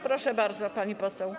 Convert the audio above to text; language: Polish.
Proszę bardzo, pani poseł.